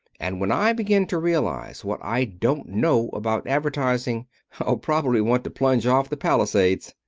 and when i begin to realize what i don't know about advertising i'll probably want to plunge off the palisades.